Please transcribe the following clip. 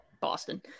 Boston